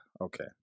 okay